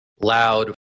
loud